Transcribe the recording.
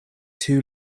too